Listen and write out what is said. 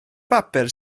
bapur